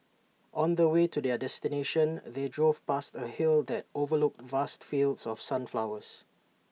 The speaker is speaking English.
on the way to their destination they drove past A hill that overlooked vast fields of sunflowers